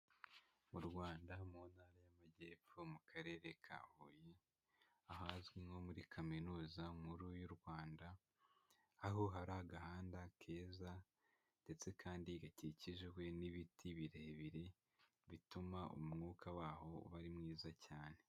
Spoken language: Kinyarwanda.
Mu Rwanda mu ntara y'Amajyepfo mu karere ka Huye. Ahazwi nko muri Kaminuza Nkuru y'u Rwanda, aho hari agahanda keza, ndetse kandi gakikijwe n'ibiti birebire, bituma umwuka waho uba ari mwiza cyane.